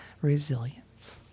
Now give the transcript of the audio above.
Resilience